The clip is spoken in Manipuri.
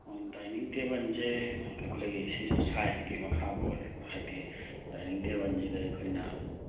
ꯑꯣ ꯗꯥꯏꯅꯤꯡ ꯇꯦꯕꯜꯁꯦ ꯑꯩꯈꯣꯏꯒꯤ ꯁꯤ ꯁꯥꯏꯖꯀꯤ ꯃꯈꯥ ꯄꯣꯜꯂꯦ ꯍꯥꯏꯗꯤ ꯗꯥꯏꯅꯤꯡ ꯇꯦꯕꯜꯁꯤꯗ ꯑꯩꯈꯣꯏꯅ